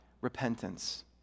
repentance